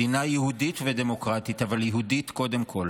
מדינה יהודית ודמוקרטית, אבל יהודית קודם כול.